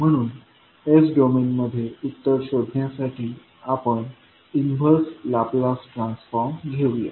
म्हणून s डोमेनमध्ये उत्तर शोधण्यासाठी आपण इन्वर्स लाप्लास ट्रान्सफॉर्म घेऊया